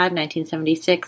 1976